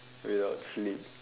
without sleep